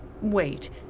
Wait